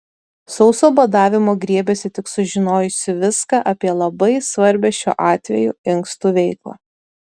sauso badavimo griebėsi tik sužinojusi viską apie labai svarbią šiuo atveju inkstų veiklą